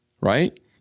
Right